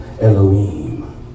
Elohim